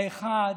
האחת,